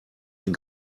den